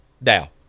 Now